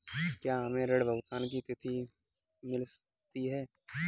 क्या हमें ऋण भुगतान की तिथि मिलती है?